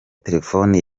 telefoni